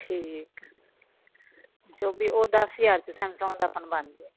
ਠੀਕ ਜੋ ਵੀ ਦਸ ਹਜਾਰ ਬਣ ਜਾਏ